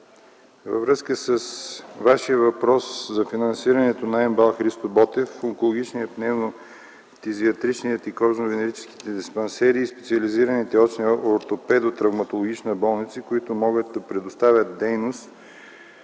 във връзка с Вашия въпрос за финансирането на МБАЛ „Христо Ботев” онкологичният, пневмофтизиатричният и кожно-венерическите диспансери и специализираните ортопедо-травматологични болници, които могат да предоставят дейност,